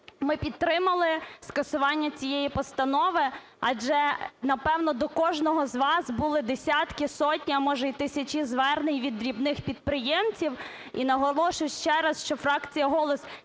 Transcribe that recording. ми підтримали скасування цієї постанови, адже, напевно, до кожного з вас були десятки, сотні, а може й тисячі звернень від дрібних підприємців. І наголошу ще раз, що фракція "Голос"